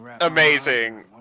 amazing